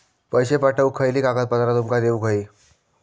पैशे पाठवुक खयली कागदपत्रा तुमका देऊक व्हयी?